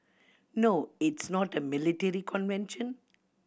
no it's not a military convention